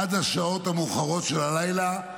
עד השעות המאוחרות של הלילה,